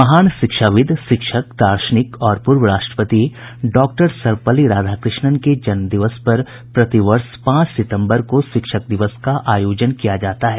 महान शिक्षाविद शिक्षक दार्शनिक और पूर्व राष्ट्रपति डॉक्टर सर्वपल्ली राधाकृष्णन के जन्म दिवस पर प्रति वर्ष पांच सितम्बर को शिक्षक दिवस का आयोजन किया जाता है